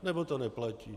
Nebo to neplatí?